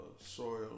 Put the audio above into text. soil